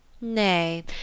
Nay